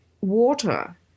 water